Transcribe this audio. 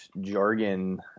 jargon